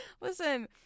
Listen